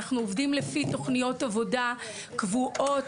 אנחנו עובדים לפי תוכניות עבודה קבועות,